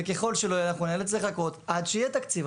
וככל שלא יהיה אנחנו נאלץ לחכות עד שיהיה תקציב.